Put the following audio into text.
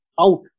out